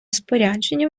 спорядження